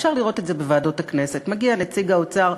אפשר לראות את זה בוועדות הכנסת: מגיע נציג האוצר,